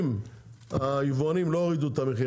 אם היבואנים לא הורידו את המחיר,